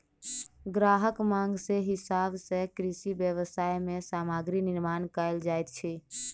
ग्राहकक मांग के हिसाब सॅ कृषि व्यवसाय मे सामग्री निर्माण कयल जाइत अछि